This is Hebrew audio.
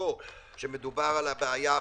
בתחילתו של המשבר,